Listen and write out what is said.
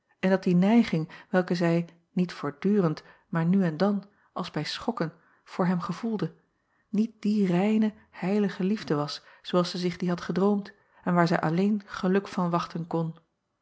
en dat die neiging welke zij niet voortdurend maar nu en dan als bij schokken voor hem gevoelde niet die reine heilige liefde was zoo als zij zich die had gedroomd en waar zij alleen geluk van wachten kon